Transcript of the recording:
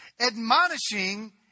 Admonishing